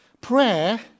prayer